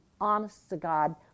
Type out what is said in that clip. honest-to-God